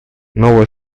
новая